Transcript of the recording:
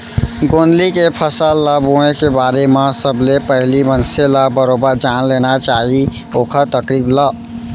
गोंदली के फसल ल बोए के बारे म सबले पहिली मनसे ल बरोबर जान लेना चाही ओखर तरकीब ल